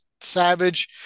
Savage